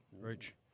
Rich